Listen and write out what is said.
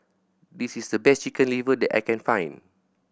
this is the best Chicken Liver that I can find